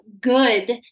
good